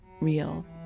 real